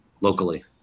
locally